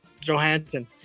Johansson